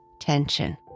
tension